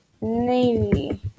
Navy